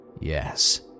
Yes